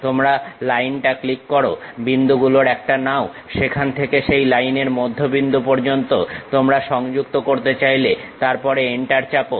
তোমরা লাইনটা ক্লিক করো বিন্দু গুলোর একটা নাও সেখান থেকে সেই লাইনের মধ্যবিন্দু পর্যন্ত তোমরা সংযুক্ত করতে চাইলে তারপরে এন্টার চাপো